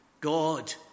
God